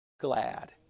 glad